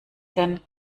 denn